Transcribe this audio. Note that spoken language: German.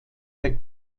der